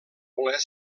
voler